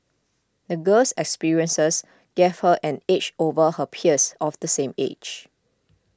the girl's experiences gave her an edge over her peers of the same age